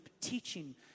teaching